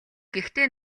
гэхдээ